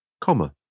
Comma